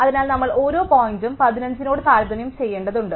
അതിനാൽ നമ്മൾ ഓരോ പോയിന്റും 15 നോട് താരതമ്യം ചെയ്യേണ്ടതുണ്ട്